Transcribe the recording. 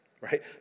right